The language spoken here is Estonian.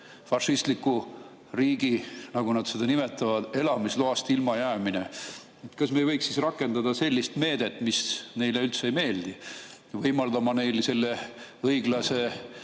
fašistliku riigi, nagu nad seda nimetavad, elamisloast ilmajäämine. Kas me ei võiks rakendada sellist meedet, mis neile üldse ei meeldi, ja võimaldada neil selle nende